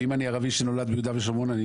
ואם אני ערבי שנולד ביהודה ושומרון,